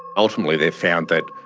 ultimately they found that